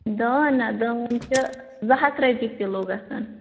دٲن ہا دٲن چھِ زٕ ہَتھ رۄپیہِ کِلوٗ گژھان